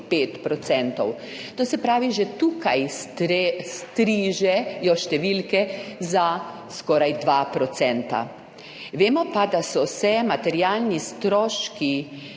%, to se pravi, že tukaj se strižejo številke za skoraj 2 %, vemo pa, da so se materialni stroški